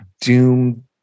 Doom